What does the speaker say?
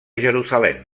jerusalem